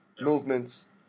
movements